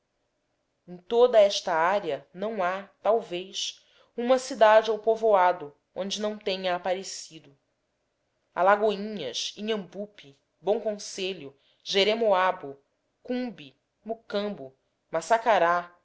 em toda esta área não há talvez uma cidade ou povoado onde não tenha aparecido alagoinhas inhambupe bom conselho jeremoabo cumbe mocambo